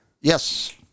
Yes